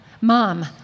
Mom